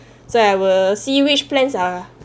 so I will see which plans are